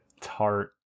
tart